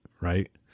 right